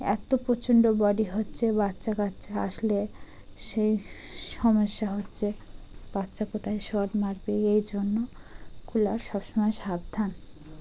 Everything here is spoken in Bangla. এতো প্রচণ্ড বডি হচ্ছে বাচ্চা কাচ্চা আসলে সেই সমস্যা হচ্ছে বাচ্চা কোথায় শক মারবে এই জন্য কুলার সবসময় সাবধান